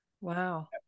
Wow